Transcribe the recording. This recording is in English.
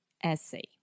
essay